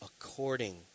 according